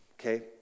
okay